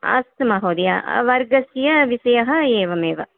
अस्तु महोदय वर्गस्य विषयः एवमेव